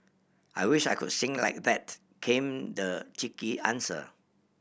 I wish I could sing like that came the cheeky answer